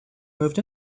moved